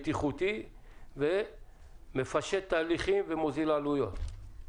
בטיחותי ומפשט תהליכים ומוזיל עלויות.